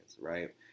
right